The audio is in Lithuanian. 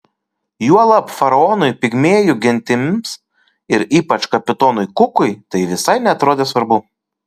juolab faraonui pigmėjų gentims ir ypač kapitonui kukui tai visai neatrodė svarbu